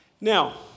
Now